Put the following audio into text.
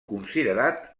considerat